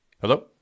hello